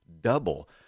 Double